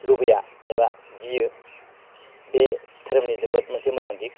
लुबैया एबा गियो बे धोरोमनि जोबोत मोनसे मोजां दिग